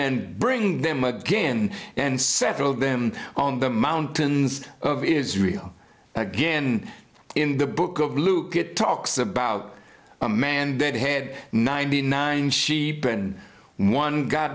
and bring them again and settle them on the mountains of israel again in the book of luke it talks about a man dead head ninety nine sheep and one go